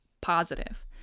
positive